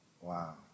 Wow